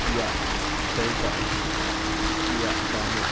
Kia Seltos Kia Sonet